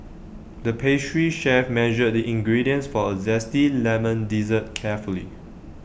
the pastry chef measured the ingredients for A Zesty Lemon Dessert carefully